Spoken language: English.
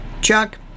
Chuck